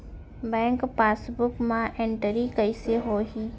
Bank passbook मा entry कइसे होही?